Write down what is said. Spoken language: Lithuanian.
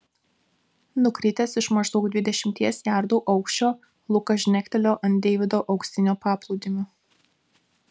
nukritęs iš maždaug dvidešimties jardų aukščio lukas žnektelėjo ant deivido auksinio paplūdimio